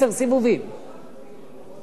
עשרה סיבובים, לא עשר, נכון?